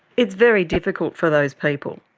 it's very difficult for those people,